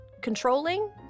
controlling